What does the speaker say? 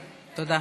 תודה.